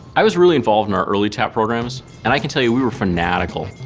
i was really involved in our early tap programs and i can tell you we were fanatical,